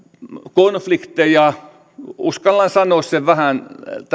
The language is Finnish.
konflikteja uskallan sanoa sen vähän